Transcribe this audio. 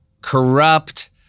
corrupt